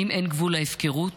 האם אין גבול להפקרות,